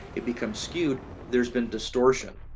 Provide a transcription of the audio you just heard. it becomes skewed. there's been distortion,